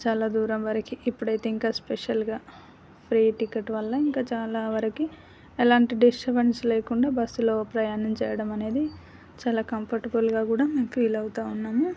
చాలా దూరం వరకి ఇప్పుడైతే ఇంకా స్పెషల్గా ఫ్రీ టికెట్ వల్ల ఇంకా చాలా వరకి ఎలాంటి డిస్టర్బెన్స్ లేకుండా బస్సులో ప్రయాణం చేయడం అనేది చాలా కంఫర్టబుల్గా కూడా మేము ఫీల్ అవుతు ఉన్నాము